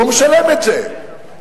והוא משלם את זה.